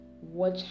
watch